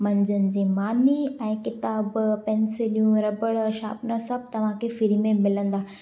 मंझंदि जी मानी ऐं किताबु पैंसिल्यूं रबड़ शार्पनर सभु तव्हांखे फ्री में मिलंदा